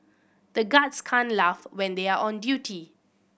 the guards can't laugh when they are on duty